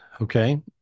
Okay